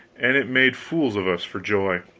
and it made fools of us for joy.